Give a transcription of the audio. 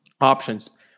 options